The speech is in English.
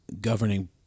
governing